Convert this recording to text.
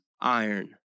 iron